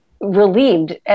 relieved